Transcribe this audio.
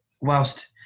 whilst